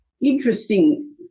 Interesting